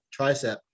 tricep